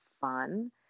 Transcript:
fun